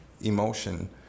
emotion